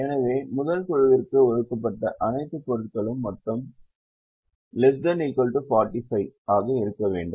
எனவே முதல் குழுவிற்கு ஒதுக்கப்பட்ட அனைத்து பொருட்களும் மொத்தம் ≤ 45 ஆக இருக்க வேண்டும்